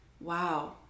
wow